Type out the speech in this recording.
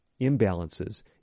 imbalances